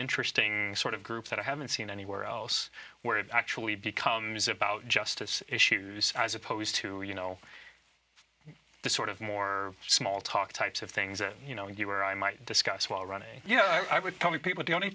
interesting sort of group that i haven't seen anywhere else where it actually becomes about justice issues as opposed to you know the sort of more small talk types of things that you know you or i might discuss while running you know i would tell me people the only